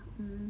mm